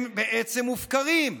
הם בעצם מופקרים.